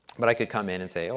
but i could come in and say, well,